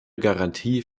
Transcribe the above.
garantie